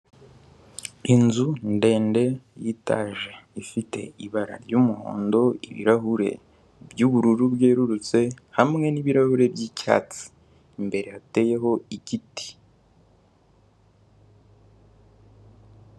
Inzu ndende y'itaje, ifite ibara ry'umuhondo, ibirahure by'ubururu bwerurutse, hamwe n'ibirahure by'icyatsi. Imbere yateyeho igiti.